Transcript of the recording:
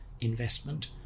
investment